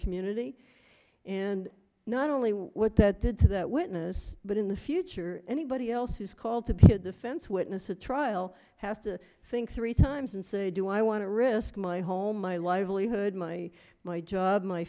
community and not only what that did to that witness yes but in the future anybody else who's called to be a defense witness at trial has to think three times and say do i want to risk my home my livelihood my my job my